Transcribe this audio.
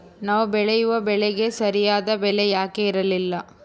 ನಾವು ಬೆಳೆಯುವ ಬೆಳೆಗೆ ಸರಿಯಾದ ಬೆಲೆ ಯಾಕೆ ಇರಲ್ಲಾರಿ?